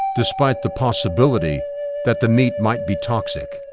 despite the possibility that the meat might be toxic.